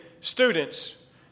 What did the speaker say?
students